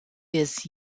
his